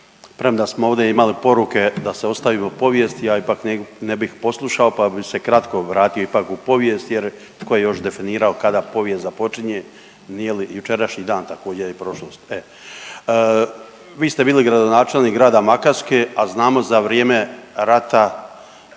Premda smo ovdje imali poruke da se ostavimo povijesti, ja ipak ne bih poslušao pa bih se kratko vratio ipak u povijest jer tko je još definirao kada povijest započinje, nije li jučerašnji također, prošlost, e. Vi ste bili gradonačelnik grada Makarske, a znamo za vrijeme rata